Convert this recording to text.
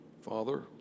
Father